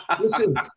listen